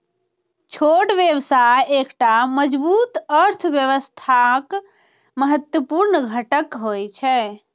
छोट व्यवसाय एकटा मजबूत अर्थव्यवस्थाक महत्वपूर्ण घटक होइ छै